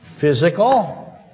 Physical